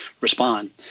respond